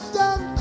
done